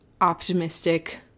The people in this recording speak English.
optimistic